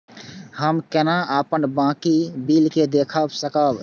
हम केना अपन बाकी बिल के देख सकब?